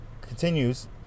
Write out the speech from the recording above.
continues